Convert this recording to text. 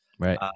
Right